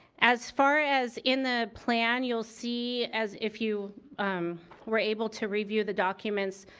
as far as in the plan you'll see as if you were able to review the documents,